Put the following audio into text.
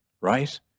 right